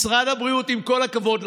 משרד הבריאות, עם כל הכבוד לכם,